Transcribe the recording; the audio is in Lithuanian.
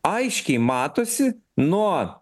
aiškiai matosi nuo